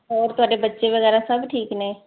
ਹੋਰ ਤੁਹਾਡੇ ਬੱਚੇ ਵਗੈਰਾ ਸਭ ਠੀਕ ਨੇ